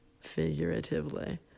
figuratively